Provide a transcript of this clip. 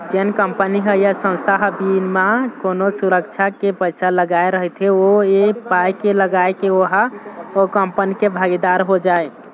जेन कंपनी ह या संस्था ह बिना कोनो सुरक्छा के पइसा लगाय रहिथे ओ ऐ पाय के लगाथे के ओहा ओ कंपनी के भागीदार हो जाय